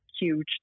huge